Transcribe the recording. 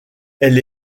elle